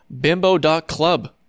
bimbo.club